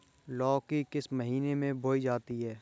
लौकी किस महीने में बोई जाती है?